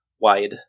wide